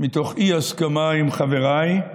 מתוך אי-הסכמה עם חבריי.